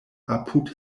apud